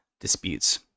disputes